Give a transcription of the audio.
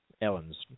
Ellen's